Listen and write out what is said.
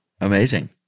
Amazing